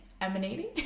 Emanating